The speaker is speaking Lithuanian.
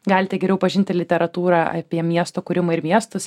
galite geriau pažinti literatūrą apie miesto kūrimą ir miestus